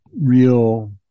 real